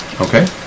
Okay